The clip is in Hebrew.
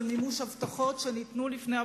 של מימוש הבטחות שניתנו לפני הבחירות,